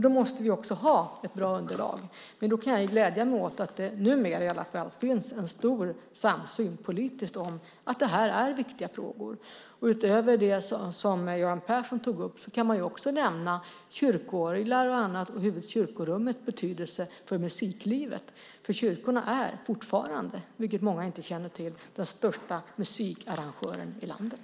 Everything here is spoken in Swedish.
Vi måste ha ett bra underlag, och då kan jag glädja mig åt att det - numera i alla fall - finns en stor samsyn politiskt om att detta är viktiga frågor. Utöver det som Göran Persson tog upp kan man också nämna kyrkorglarna och kyrkorummets betydelse för musiklivet. Kyrkorna är nämligen fortfarande, vilket många inte känner till, den största musikarrangören i landet.